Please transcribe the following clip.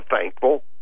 thankful